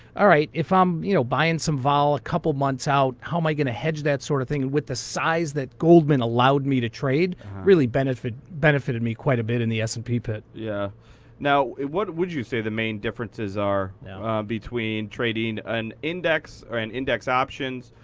all right, if i'm you know buying some vol a couple months out, how am i going to hedge that sort of thing? with the size that goldman allowed me to trade really benefited benefited me quite a bit in the s and p pit. yeah now, what would you say the main differences are between trading an index, or an index options,